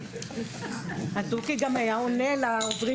התוכי היה גם עונה לעוברים